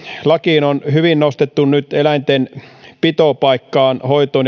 lakiin on hyvin nostettu nyt eläinten pitopaikkaa hoitoa